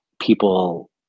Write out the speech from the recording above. people